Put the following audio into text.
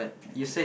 okay